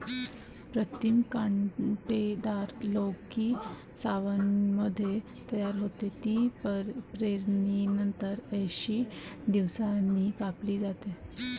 प्रीतम कांटेदार लौकी सावनमध्ये तयार होते, ती पेरणीनंतर ऐंशी दिवसांनी कापली जाते